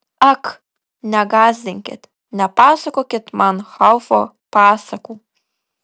ak negąsdinkit nepasakokit man haufo pasakų